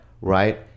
right